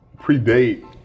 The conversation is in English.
predate